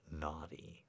naughty